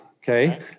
Okay